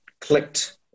clicked –